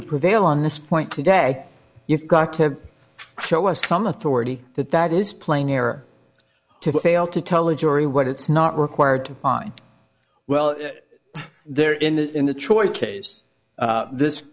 to prevail on this point today you've got to show us some authority that that is plainer to fail to tell a jury what it's not required to on well there in the in the choice case this